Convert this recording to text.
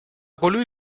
colui